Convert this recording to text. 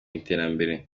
iterambere